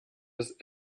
ist